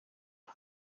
one